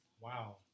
Wow